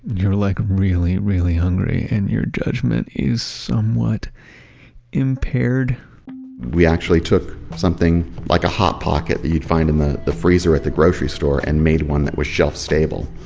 you're like really, really hungry and your judgment is somewhat impaired we actually took something like a hot pocket that you'd find in the the freezer at the grocery store and made one that was shelf-stable.